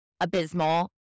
abysmal